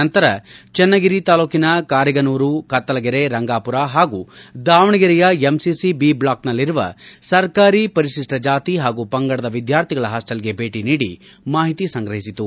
ನಂತರ ಚನ್ನಗಿರಿ ತಾಲ್ಲೂಕಿನ ಕಾರಿಗನೂರು ಕತ್ತಲಗೆರೆ ರಂಗಾಪುರ ಹಾಗೂ ದಾವಣಗೆರೆಯ ಎಂಸಿಸಿ ಏ ಬ್ಲಾಕ್ ನಲ್ಲಿರುವ ಸರ್ಕಾರಿ ಪರಿಶಿಷ್ಟ ಜಾತಿ ಹಾಗೂ ಪಂಗಡದ ವಿದ್ಗಾರ್ಥಿಗಳ ಹಾಸ್ಸೆಲ್ಗೆ ಭೇಟಿ ನೀಡಿ ಮಾಹಿತಿ ಸಂಗ್ರಹಿಸಿತು